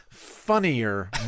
funnier